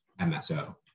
MSO